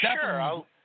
sure